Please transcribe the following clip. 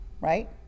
right